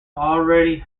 already